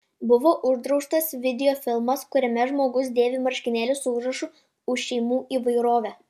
buvo uždraustas videofilmas kuriame žmogus dėvi marškinėlius su užrašu už šeimų įvairovę